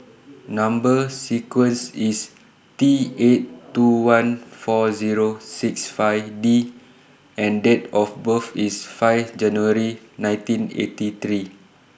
Number sequence IS T eight two one four Zero six five D and Date of birth IS five January nine eighty three